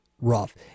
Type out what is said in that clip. rough